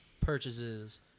purchases